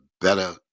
better